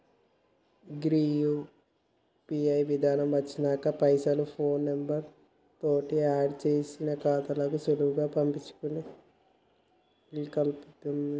గీ UPI విధానం వచ్చినంక పైసలకి ఫోన్ నెంబర్ తోటి ఆడ్ చేసిన ఖాతాలకు సులువుగా పంపించుకునే ఇలుకల్పింది